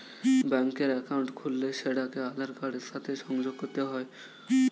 ব্যাঙ্কের অ্যাকাউন্ট খুললে সেটাকে আধার কার্ডের সাথে সংযোগ করতে হয়